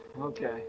Okay